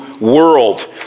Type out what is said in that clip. world